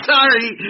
Sorry